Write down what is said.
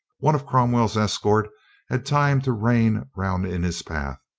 one of cromwell's escort had time to rein round in his path,